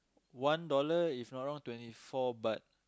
one dollar if not wrong twenty four but